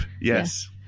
Yes